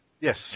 Yes